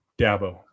Dabo